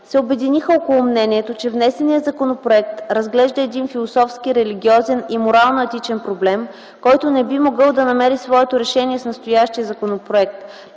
се обединиха около мнението, че внесеният законопроект разглежда един философски, религиозен и морално- етичен проблем, който не би могъл да намери своето решение с настоящия законопроект.